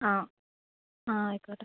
അ അ ആയിക്കോട്ടെ